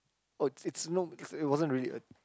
oh it's no because it wasn't really a